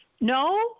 No